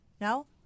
no